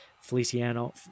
Feliciano